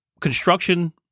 Construction